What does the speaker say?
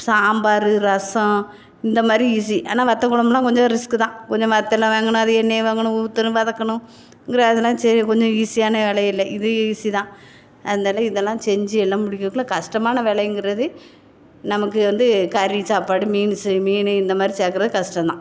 சாம்பார் ரசம் இந்த மாதிரி ஈஸி ஆனால் வத்தக்குழம்புலாம் கொஞ்சம் ரிஸ்க்கு தான் கொஞ்சம் வத்தல வாங்கணும் அது எண்ணெயை வாங்கணும் ஊற்றணும் வதக்கணும் ங்கிற அதெல்லாம் சரி கொஞ்சம் ஈஸியான வேலையிலில்இது ஈசிதான் அதனால் இதெல்லாம் செஞ்சி எல்லாம் முடிக்கறதுக்குள்ள கஷ்டமான வேலைங்கிறது நமக்கு வந்து கறி சாப்பாடு மீன் செய் மீன் இந்த மாதிரி சேர்கிறது கஷ்டம் தான்